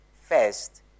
first